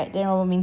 then we go